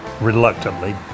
reluctantly